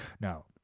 No